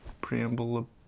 preamble